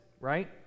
right